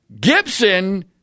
Gibson